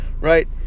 Right